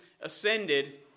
ascended